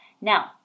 Now